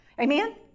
Amen